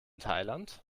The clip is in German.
thailand